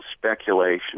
speculation